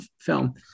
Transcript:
film